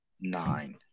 nine